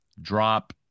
drop